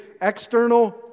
external